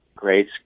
Great